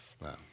Wow